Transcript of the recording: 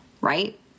right